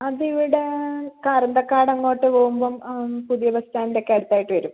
അത് ഇവിടെ കരണ്ടക്കാട് അങ്ങോട്ട് പോവുമ്പോൾ പുതിയ ബസ്റ്റാൻഡിൻ്റെ ഒക്കെ അടുത്ത് ആയിട്ട് വരും